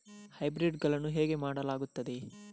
Hybrid ಗಳನ್ನು ಹೇಗೆ ಮಾಡಲಾಗುತ್ತದೆ?